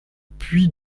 puy